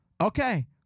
okay